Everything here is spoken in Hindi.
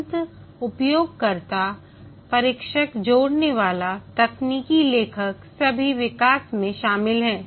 अंत उपयोगकर्ता परीक्षक जोड़नेवाला तकनीकी लेखक सभी विकास में शामिल हैं